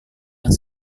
yang